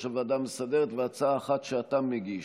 הוועדה המסדרת והצעה אחת שאתה מגיש,